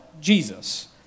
Jesus